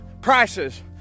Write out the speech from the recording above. prices